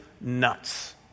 nuts